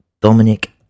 Dominic